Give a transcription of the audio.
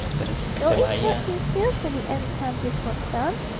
which, though it hurt him fearfully every time this was done,